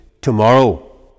tomorrow